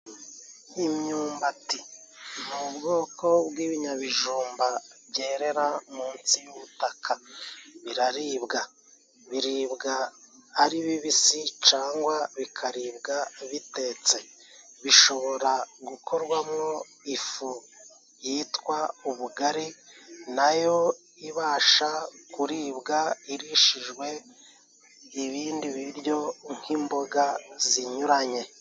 Imyumbati ni ubwoko bw'ibinyabijumba byerera munsi y'ubutaka, biraribwa biribwa ari bibisi cangwa bikaribwa bitetse, bishobora gukorwamwo ifu yitwa ubugari, nayo ibasha kuribwa irishijwe ibindi biryo nk'imboga zinyuranye.